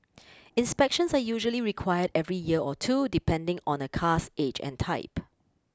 inspections are usually required every year or two depending on a car's age and type